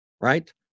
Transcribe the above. right